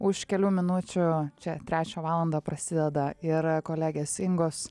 už kelių minučių čia trečią valandą prasideda ir kolegės ingos